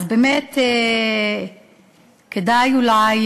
אז באמת כדאי אולי,